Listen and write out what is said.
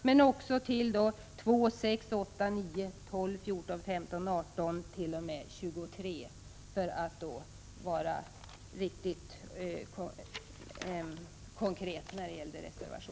För att vara riktigt konkret vill jag också yrka bifall till reservationerna 2, 6, 8, 9, 12, 14, 15, 18-23.